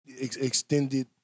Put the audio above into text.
extended